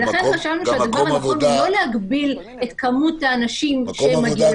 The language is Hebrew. ולכן חשבנו שהדבר הנכון הוא לא להגביל את כמות האנשים שמגיעים